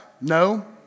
No